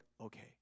okay